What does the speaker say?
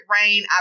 rain